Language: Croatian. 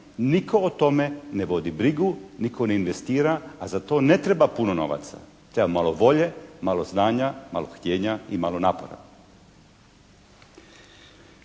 Nitko o tome ne vodi brigu, nitko ne investira, a za to ne treba puno novaca. Treba malo volje, malo znanja, malo htijenja i malo napora.